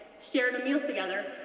shared meals together,